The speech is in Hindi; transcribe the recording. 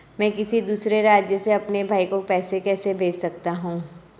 मैं किसी दूसरे राज्य से अपने भाई को पैसे कैसे भेज सकता हूं?